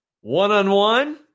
One-on-one